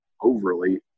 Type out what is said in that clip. overly –